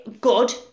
good